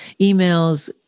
emails